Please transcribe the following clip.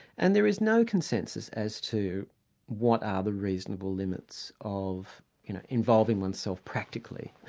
and there is no consensus as to what are the reasonable limits of you know involving oneself practically.